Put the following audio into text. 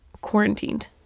quarantined